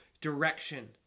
direction